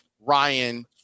Ryan